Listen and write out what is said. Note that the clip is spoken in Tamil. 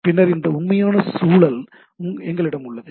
பின்னர் அந்த உண்மையான சூழல் எங்களிடம் உள்ளது